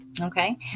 Okay